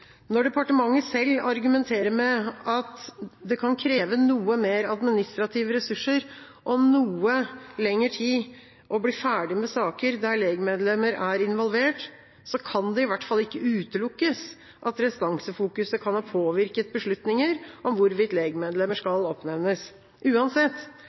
Når departementet selv argumenterer med at det kan kreve noe mer administrative ressurser og noe lengre tid å bli ferdig med saker der legmedlemmer er involvert, kan det i hvert fall ikke utelukkes at restansefokuseringa kan ha påvirket beslutninger om hvorvidt legmedlemmer skal oppnevnes. Uansett